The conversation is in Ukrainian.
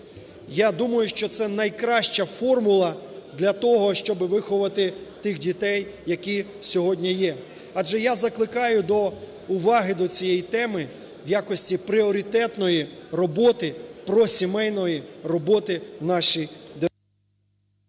Я думаю, що це найкраща формула для того, щоби виховати тих дітей, які сьогодні є. Адже я закликаю до уваги до цієї теми в якості пріоритетної роботи, просімейної роботи в нашій…